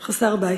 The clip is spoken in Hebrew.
חסר-בית.